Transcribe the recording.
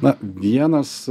na vienas